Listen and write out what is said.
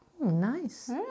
Nice